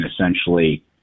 essentially